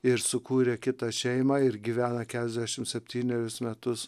ir sukūrė kitą šeimą ir gyvena keturiasdešim septynerius metus